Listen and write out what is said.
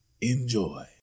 enjoy